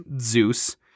Zeus